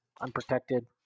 unprotected